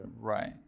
right